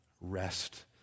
rest